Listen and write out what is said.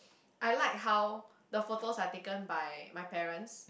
I like how the photo are taken by my parents